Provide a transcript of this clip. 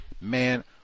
man